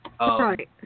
Right